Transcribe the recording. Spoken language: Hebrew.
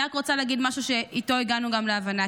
אני רק רוצה להגיד משהו שגם הגענו בו להבנה.